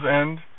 end